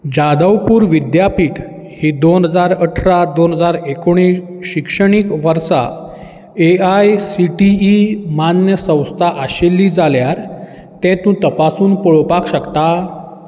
जाधवपूर विद्यापीठ हीं दोन हजार अठरा दोन हजार एकुणीस शिक्षणीक वर्सां एआयसीटीई मान्य संस्था आशिल्ली जाल्यार तें तूं तपासून पळोवपाक शकता